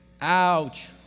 ouch